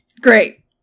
Great